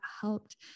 helped